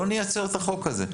לא נייצר את החוק הזה.